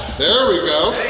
there we go.